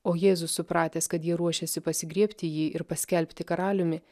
o jėzus supratęs kad jie ruošiasi pasigriebti jį ir paskelbti karaliumi